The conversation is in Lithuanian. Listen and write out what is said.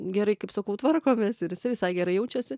gerai kaip sakau tvarkomės ir jisai visai gerai jaučiasi